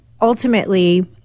ultimately